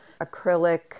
acrylic